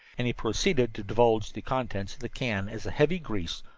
and he proceeded to divulge the contents of the can as a heavy grease,